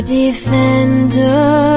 defender